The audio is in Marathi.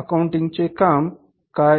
अकाउंटिंग कसे काम करते